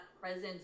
presence